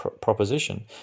proposition